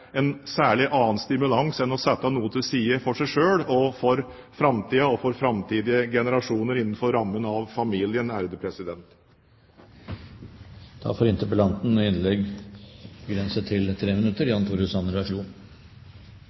en særlig annen stimulans enn det å sette noe til side for seg selv for framtiden og for framtidige generasjoner innenfor rammen av familien. Jeg legger merke til